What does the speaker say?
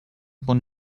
born